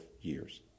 years